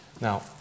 Now